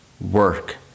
work